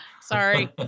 Sorry